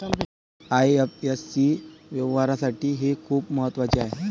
IFSC व्यवहारासाठी हे खूप महत्वाचे आहे